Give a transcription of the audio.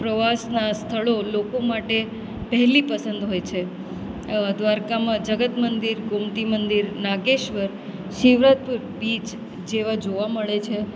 પ્રવાસના સ્થળો લોકો માટે પહેલી પસંદ હોય છે દ્વારકામાં જગત મંદિર ગોમતી મંદિર નાગેશ્વર શિવરાજપુર બીચ જેવા જોવા મળે છે